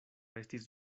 estis